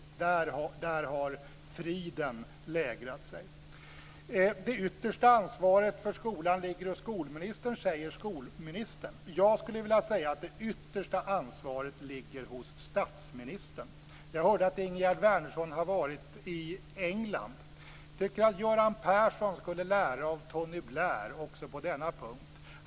Där har friden lägrat sig. Det yttersta ansvaret för skolan ligger hos skolministern, säger skolministern. Jag skulle vilja säga att det yttersta ansvaret ligger hos statsministern. Jag hörde att Ingegerd Wärnersson har varit i England. Jag tycker att Göran Persson skulle lära av Tony Blair också på denna punkt.